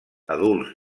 adults